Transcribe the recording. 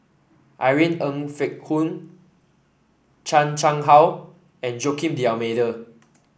Irene Ng Phek Hoong Chan Chang How and Joaquim D'Almeida